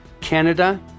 Canada